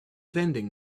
vending